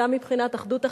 גם מבחינת אחדות החקיקה,